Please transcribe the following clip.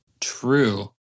True